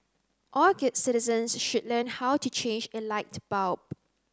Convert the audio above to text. all good citizens should learn how to change a light bulb